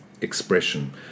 expression